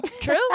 True